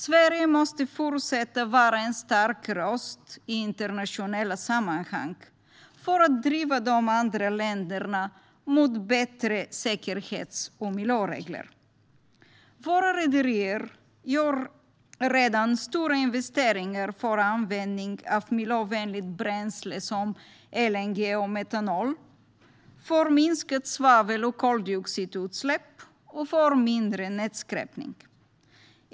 Sverige måste fortsätta att vara en stark röst i internationella sammanhang för att driva de andra länderna mot bättre säkerhets och miljöregler. Våra rederier gör redan stora investeringar för användning av miljövänligt bränsle som LNG och metanol, för minskat svavel och koldioxidutsläpp och för mindre nedskräpning.